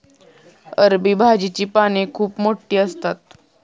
अरबी भाजीची पाने खूप मोठी असतात